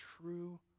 true